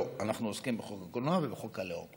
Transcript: לא, אנחנו עוסקים בחוק הקולנוע ובחוק הלאום.